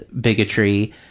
bigotry